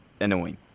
annoying